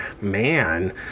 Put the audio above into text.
man